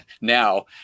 now